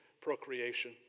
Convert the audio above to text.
procreation